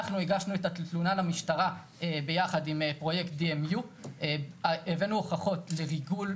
אנחנו הגשנו את התלונה למשטרה ביחד עם פרויקט DMU. הבאנו הוכחות לגידול,